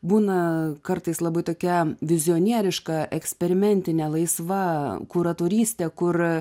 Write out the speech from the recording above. būna kartais labai tokia vizionieriška eksperimentinė laisva kuratorystė kur